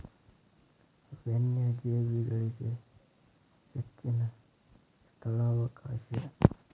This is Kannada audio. ವನ್ಯಜೇವಿಗಳಿಗೆ ಹೆಚ್ಚಿನ ಸ್ಥಳಾವಕಾಶ